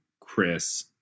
Chris